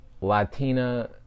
latina